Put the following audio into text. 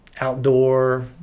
outdoor